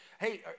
Hey